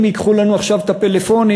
אם ייקחו לנו עכשיו את הפלאפונים,